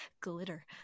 glitter